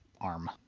arm